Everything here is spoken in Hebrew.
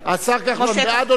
השר כחלון, בעד או נגד?